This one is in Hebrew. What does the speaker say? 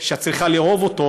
שאת צריכה לאהוב אותו.